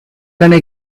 gonna